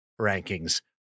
rankings